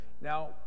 now